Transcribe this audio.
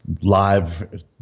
live